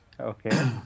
Okay